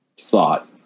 Thought